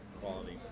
quality